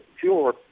pure